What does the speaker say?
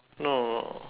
no